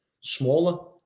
smaller